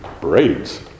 braids